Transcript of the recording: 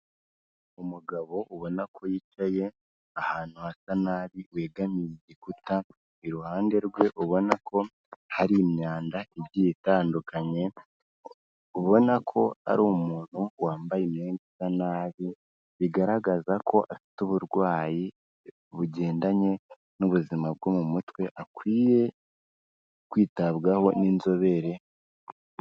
Umugabo ubona ko yicaye ahantu hasa nabi wegamiye igikuta, iruhande rwe ubona ko hari imyanda igiye itandukanye, ubona ko ari umuntu wambaye imyenda isa nabi, bigaragaza ko afite uburwayi bugendanye n'ubuzima bwo mu mutwe akwiye kwitabwaho n'inzobere.